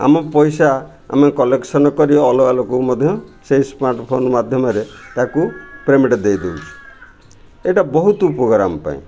ଆମ ପଇସା ଆମେ କଲେକ୍ସନ୍ କରି ଅଲଗା ଲୋକକୁ ମଧ୍ୟ ସେଇ ସ୍ମାର୍ଟଫୋନ୍ ମାଧ୍ୟମରେ ତାକୁ ପେମେଣ୍ଟ ଦେଇଦେବୁ ଏଇଟା ବହୁତ ଉପକାର ଆମ ପାଇଁ